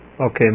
Okay